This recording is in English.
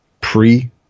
pre